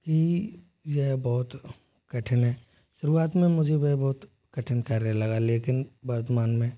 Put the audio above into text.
कि यह बहुत कठिन है शुरुआत में मुझे वह बहुत कठिन कार्य लगा लेकिन वर्तमान में